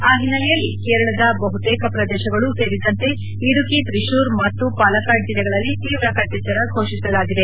ಆ ಹಿನ್ನೆಲೆಯಲ್ಲಿ ಕೇರಳದ ಬಹುತೇಕ ಪ್ರದೇಶಗಳು ಸೇರಿದಂತೆ ಇಡುಕಿ ತ್ರಿಶೂರ್ ಮತ್ತು ಪಾಲಕ್ಕಾಡ್ ಜಿಲ್ಲೆಗಳಲ್ಲಿ ತೀವ್ರ ಕಟ್ವೆಚ್ಚರ ಘೋಷಿಸಲಾಗಿದೆ